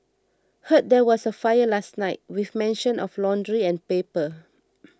heard there was a fire last night with mention of laundry and paper